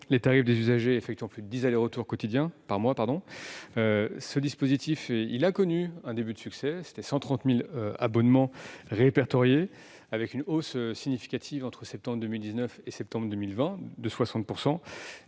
les tarifs des usagers effectuant plus de dix allers-retours par mois. Ce dispositif a connu un début de succès : 130 000 abonnements ont été répertoriés, avec une hausse significative de 60 % entre septembre 2019 et septembre 2020.